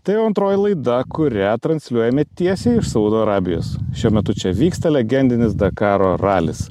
tai jau antroji laida kurią transliuojame tiesiai iš saudo arabijos šiuo metu čia vyksta legendinis dakaro ralis